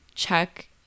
Check